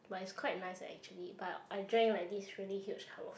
but it's quite nice eh actually but I drank like this really huge cup of